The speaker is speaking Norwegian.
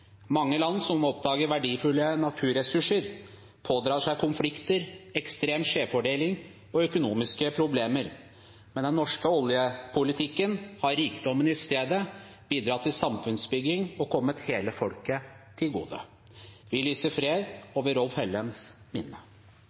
Mange land som oppdager verdifulle naturressurser, pådrar seg konflikter, ekstrem skjevfordeling og økonomiske problemer. Med den norske oljepolitikken har rikdommene i stedet bidratt til samfunnsbygging og kommet hele folket til gode. Vi lyser fred over Rolf Hellems minne.